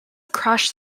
crash